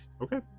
Okay